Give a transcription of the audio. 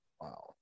Wow